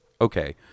okay